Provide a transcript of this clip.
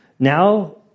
Now